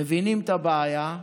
מבינים את הבעיה,